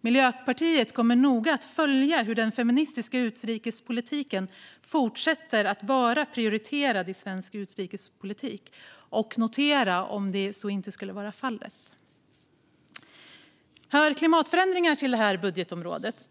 Miljöpartiet kommer att noga följa om den feministiska utrikespolitiken fortsätter att vara prioriterad i svensk utrikespolitik och notera om så inte skulle vara fallet. Hör klimatförändringar till det här budgetområdet?